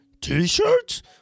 T-shirts